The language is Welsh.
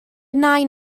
nain